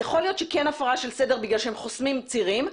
יכול להיות שכן הפרה של סדר כי הם חוסמים צירים,